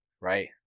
right